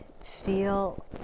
feel